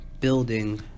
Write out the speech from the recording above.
building